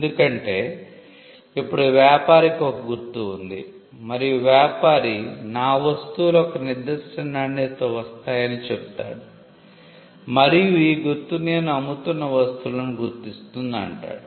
ఎందుకంటే ఇప్పుడు వ్యాపారికి ఒక గుర్తు ఉంది మరియు వ్యాపారి నా వస్తువులు ఒక నిర్దిష్ట నాణ్యతతో వస్తాయని చెప్తాడు మరియు ఈ గుర్తు నేను అమ్ముతున్న వస్తువులను గుర్తిస్తుంది అంటాడు